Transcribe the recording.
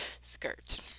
skirt